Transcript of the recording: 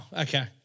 Okay